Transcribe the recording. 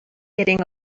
getting